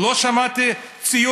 ואני לא רוצה לעשות את זה,